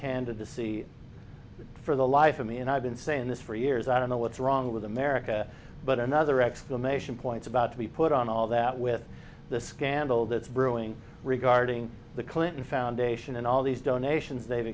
candidacy for the life of me and i've been saying this for years i don't know what's wrong with america but another exclamation points about to be put on all that with the scandal that's brewing regarding the clinton foundation and all these donations they've